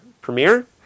premiere